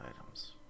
items